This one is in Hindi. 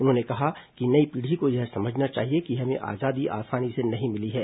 उन्होंने कहा कि नई पीढ़ी को यह समझना चाहिए कि हमें आजादी आसानी से नहीं मिली है